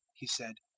he said,